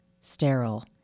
sterile